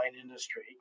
industry